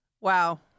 Wow